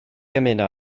ymuno